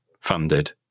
funded